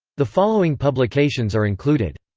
the following publications are included